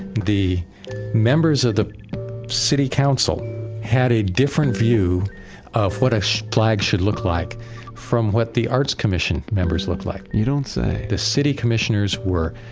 the members of the city council had a different view of what a flag should look like from what the arts commission members looked like you don't say the city commissioners were,